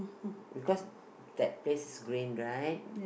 because that place is green right